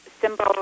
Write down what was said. symbol